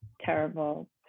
terrible